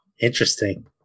Interesting